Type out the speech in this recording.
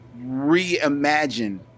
reimagine